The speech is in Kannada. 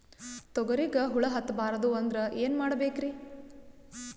ತೊಗರಿಗ ಹುಳ ಹತ್ತಬಾರದು ಅಂದ್ರ ಏನ್ ಮಾಡಬೇಕ್ರಿ?